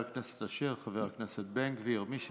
חבר הכנסת אשר, חבר הכנסת בן גביר, מי שרוצה.